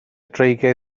dreigiau